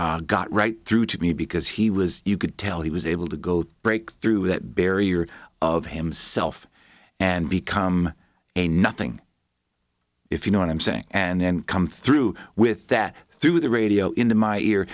got right through to me because he was you could tell he was able to go to break through that barrier of himself and become a nothing if you know what i'm saying and then come through with that through the radio into my ear